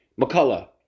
McCullough